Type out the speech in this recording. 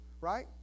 right